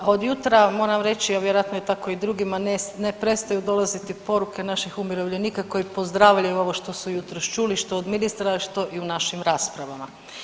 Od jutra moram reći, jer vjerojatno tako i drugima ne prestaju dolaziti poruke naših umirovljenika koji pozdravljaju ovo što su jutros čuli što od ministra, što i u našim raspravama.